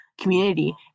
community